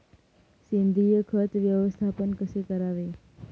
सेंद्रिय खत व्यवस्थापन कसे करावे?